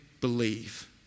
Believe